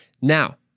Now